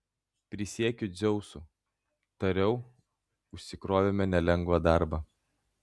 prisiekiu dzeusu tariau užsikrovėme nelengvą darbą